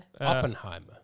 Oppenheimer